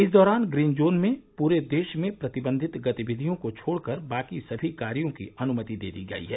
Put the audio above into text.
इस दौरान green zone में पूरे देश में प्रतिबंधित गतिविधियों को छोड़कर बाकी सभी कार्यों की अनुमति दे दी गई है